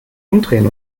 umdrehen